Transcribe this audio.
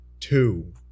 Two